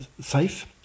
safe